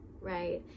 right